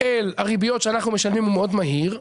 אל הריביות שאנחנו משלמים הוא מאוד מהיר.